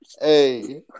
hey